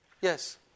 Yes